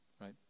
right